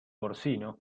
porcino